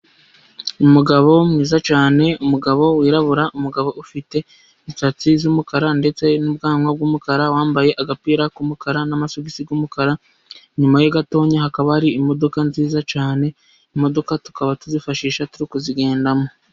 Umugabo mwiza cyane. umugabo wirabura ufite imisatsi y'umukara ndetse n'ubwanwa bwumukara wambaye agapira k'umukara n'amagisiumukara nyuma ye gato hakaba hari imodoka nziza cyane. imodoka tukaba tuzifashisha turi kuzigenderamo.